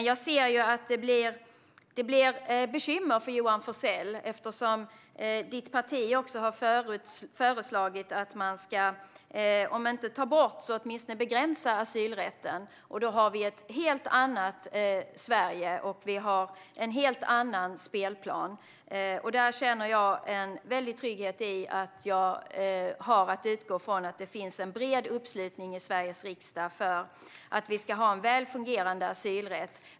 Jag ser att det blir bekymmer för Johan Forssell eftersom hans parti har föreslagit att man ska begränsa asylrätten. Då har vi ett helt annat Sverige, och vi har en helt annan spelplan. Där känner jag en väldig trygghet i att jag har att utgå från att det finns en bred uppslutning i Sveriges riksdag för att vi ska ha en väl fungerande asylrätt.